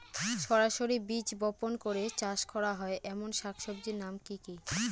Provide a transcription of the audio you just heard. সরাসরি বীজ বপন করে চাষ করা হয় এমন শাকসবজির নাম কি কী?